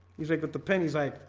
you think that the pens i